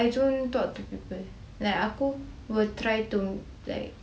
I don't talk to people aku will try to like